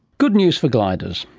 good news for gliders.